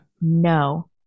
no